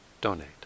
donate